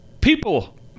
people